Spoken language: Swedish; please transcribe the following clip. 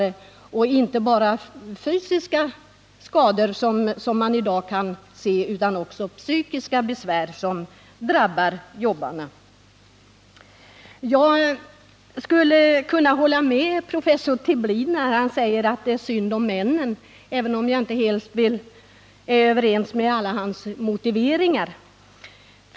Det är numera inte bara fysiska skador utan psykiska besvär som drabbar jobbarna. Jag skulle kunna hålla med professor Tibblin när han säger att det är synd om männen, även om jag inte helt är överens med honom om alla hans motiveringar.